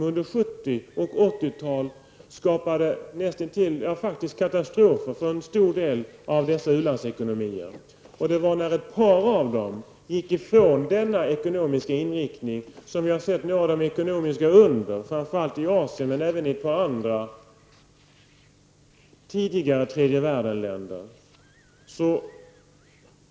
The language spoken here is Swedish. Under 70 och 80-talet skapade detta nästintill katastrofer för en stor del av dessa u-landsekonomier. När ett par av dem gick ifrån denna ekonomiska inriktning har vi fått se några ekonomiska under, framför allt i länder i Asien men även i ett par andra länder som tidigare har tillhört tredje världen.